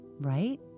right